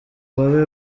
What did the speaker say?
babe